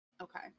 Okay